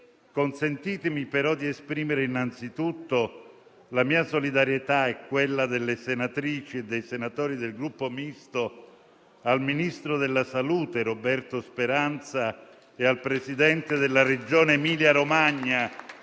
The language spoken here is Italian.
Consentitemi però di esprimere innanzitutto la mia solidarietà e quella delle senatrici e dei senatori del Gruppo Misto al ministro della salute Roberto Speranza e al presidente della Regione Emilia-Romagna